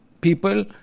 people